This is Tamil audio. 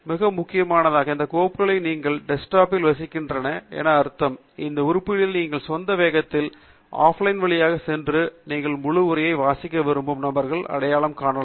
மிக முக்கியமாக இந்த கோப்புகள் உங்கள் டெஸ்க்டாப்பில் வசிக்கின்றன இதன் அர்த்தம் இந்த உருப்படிகளை உங்கள் சொந்த வேகத்தில் ஆஃப்லைன் வழியாக சென்று நீங்கள் முழு உரை வாசிக்க விரும்பும் நபர்களை அடையாளம் காணலாம்